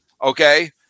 okay